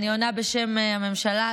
אני עונה בשם הממשלה.